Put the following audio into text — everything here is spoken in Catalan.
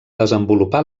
desenvolupar